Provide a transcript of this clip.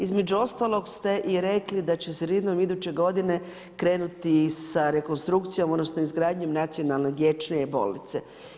Između ostalog, ste i rekli da će sredinom iduće godine krenuti sa rekonstrukcijom odnosno izgradnjom nacionalne dječje bolnice.